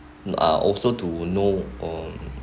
uh are also to know um